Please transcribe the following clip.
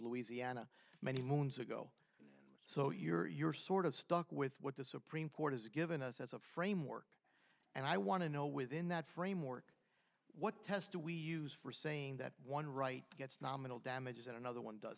louisiana many moons ago so you're sort of stuck with what the supreme court has given us as a framework and i want to know within that framework what test do we use for saying that one right gets nominal damages and another one does